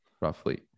roughly